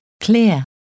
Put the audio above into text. clear